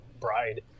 bride